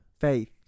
Faith